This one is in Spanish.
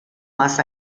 más